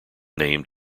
named